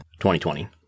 2020